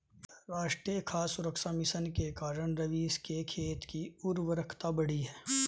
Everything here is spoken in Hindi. राष्ट्रीय खाद्य सुरक्षा मिशन के कारण रवीश के खेत की उर्वरता बढ़ी है